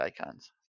icons